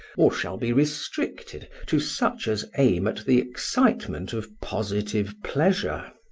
or shall be restricted to such as aim at the excitement of positive pleasure.